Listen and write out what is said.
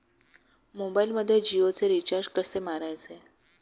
मोबाइलमध्ये जियोचे रिचार्ज कसे मारायचे?